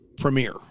premiere